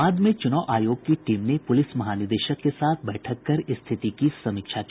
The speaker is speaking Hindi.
बाद में चूनाव आयोग की टीम ने पूलिस महानिदेशक के साथ बैठक कर स्थिति की समीक्षा की